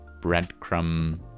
breadcrumb